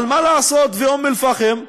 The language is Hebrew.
אבל מה לעשות ובאום-אלפחם,